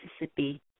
Mississippi